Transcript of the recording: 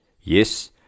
Yes